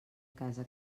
casa